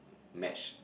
match